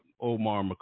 Omar